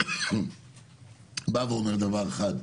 אני אומר דבר אחד.